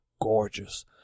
gorgeous